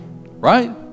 right